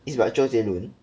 is by 周杰伦